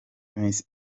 miss